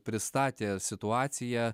pristatė situaciją